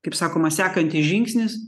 kaip sakoma sekantis žingsnis